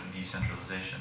decentralization